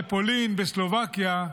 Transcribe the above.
בפולין ובסלובקיה,